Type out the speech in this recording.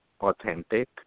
authentic